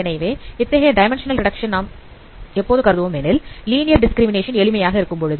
எனவே இத்தகைய dimensional reduction நாம் எப்போது கருதுவோம் எனில் லீனியர் டிஸ்கிரிமினேஷன் எளிமையாக இருக்கும் பொழுது